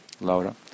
Laura